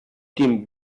dem